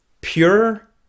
Pure